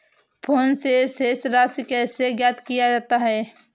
Phone से शेष राशि कैसे ज्ञात किया जाता है?